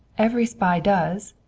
every spy does.